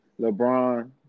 LeBron